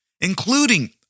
including